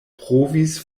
provis